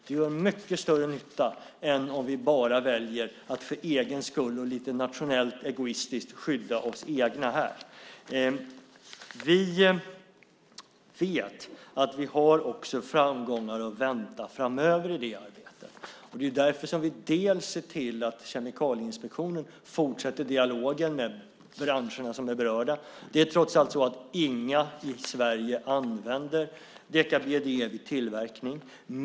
Det gör mycket större nytta än om vi väljer att bara för egen skull och lite nationellt egoistiskt skydda våra egna här. Vi vet också att vi i det arbetet har framgångar att vänta framöver. Det är därför som vi ser till att Kemikalieinspektionen fortsätter dialogen med berörda branscher. Det är trots allt så att ingen i Sverige använder deka-BDE vid tillverkning.